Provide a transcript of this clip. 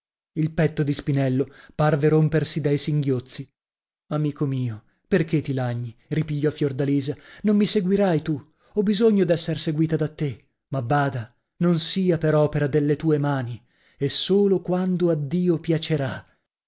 il petto di spinello parve rompersi dai singhiozzi amico mio perchè ti lagni ripigliò fiordalisa non mi seguirai tu ho bisogno d'esser seguita da te ma bada non sia per opera delle tue mani e solo quando a dio piacerà